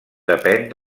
depèn